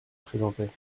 présentait